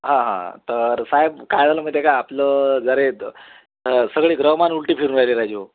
हां हां तर साहेब काय झालं माहिती आहे का आपलं जर सगळे ग्रहमान उलटं फिरून राहिले राहिली ओ